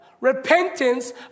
repentance